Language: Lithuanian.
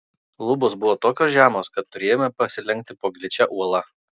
lubos buvo tokios žemos kad turėjome pasilenkti po gličia uola